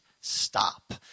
Stop